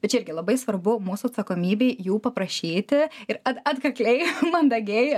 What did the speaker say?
bet čia irgi labai svarbu mūsų atsakomybei jų paprašyti ir at atkakliai mandagiai